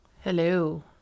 Hello